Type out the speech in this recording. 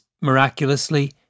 miraculously